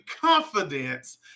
confidence